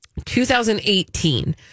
2018